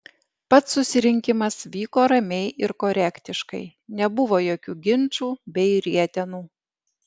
pats susirinkimas vyko ramiai ir korektiškai nebuvo jokių ginčų bei rietenų